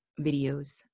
videos